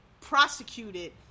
prosecuted